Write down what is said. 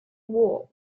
war